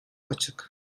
açık